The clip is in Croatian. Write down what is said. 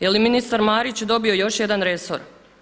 Je li ministar Marić dobio još jedan resor?